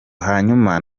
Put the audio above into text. hanyuma